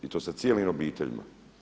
I to sa cijelim obiteljima.